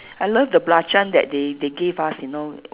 I love the belacan that they they gave us you know